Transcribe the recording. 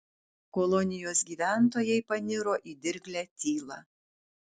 kolonijos gyventojai paniro į dirglią tylą